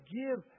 give